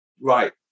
right